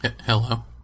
Hello